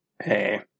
Hey